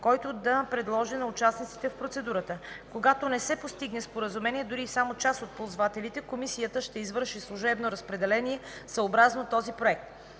който да предложи на участниците в процедурата. Когато не се постигне споразумение дори само между част от ползвателите, комисията ще извършва служебно разпределение съобразно този проект.